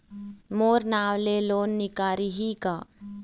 मोर नाम से लोन निकारिही का?